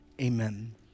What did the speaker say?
amen